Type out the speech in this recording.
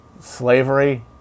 slavery